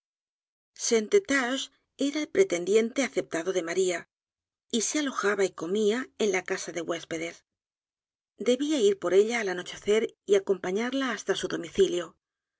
era el pretendiente aceptado de maría y se alojaba y comía en la casa de h u é s p e d e s debía ir por ella al anochecer y acompañarla hasta su domicilio